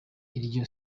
iryo